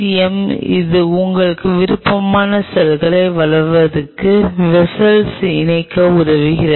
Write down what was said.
M இது உங்களுக்கு விருப்பமான செல்களை வளர்ப்பதற்கு வெஸ்ஸல் இணைக்க உதவுகிறது